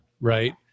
right